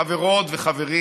חברות וחברים,